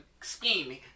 scheme